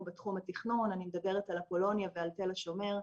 בתחום התכנון אני מדברת על אפולוניה ועל תל-השומר.